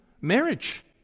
marriage